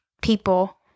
people